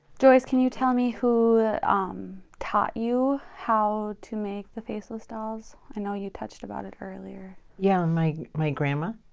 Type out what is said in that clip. joyce, can you tell me who um taught you how to make the faceless dolls? i know you touched about it earlier. yeah, my my grandma.